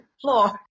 floor